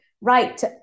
right